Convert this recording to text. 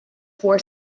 for